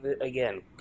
again